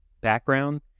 background